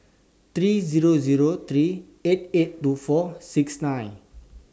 three Zero Zero three eight eight two four six nine